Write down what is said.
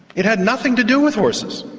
it had nothing to do with horses.